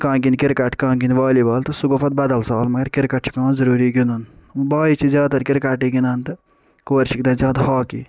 کانٛہہ گِندِ کرکٹ کانہہ گِندِ والی بال تہٕ سُہ گوٚو پتہٕ بدل سوال مگر کِرکٹ چھُ پیٚوان ضروٗری گِندُن بایز چھِ زیادٕ تر کرکٹٕے گِنٛدان تہٕ کورِ چھِ گِندان زیادٕ ہاکی